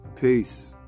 peace